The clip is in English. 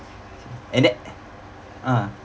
and then ah